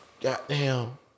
goddamn